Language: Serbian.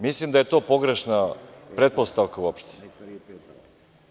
Mislim da je to pogrešna pretpostavka uopšte.